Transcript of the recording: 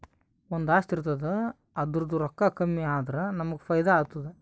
ಒಂದು ಆಸ್ತಿ ಇರ್ತುದ್ ಅದುರ್ದೂ ರೊಕ್ಕಾ ಕಮ್ಮಿ ಆದುರ ನಮ್ಮೂಗ್ ಫೈದಾ ಆತ್ತುದ